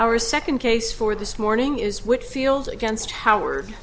our second case for this morning is whitfield against howard